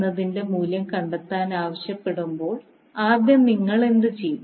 എന്നതിന്റെ മൂല്യം കണ്ടെത്താൻ ആവശ്യപ്പെടുമ്പോൾ ആദ്യം നിങ്ങൾ എന്ത് ചെയ്യും